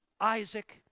Isaac